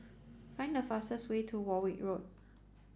find the fastest way to Warwick Road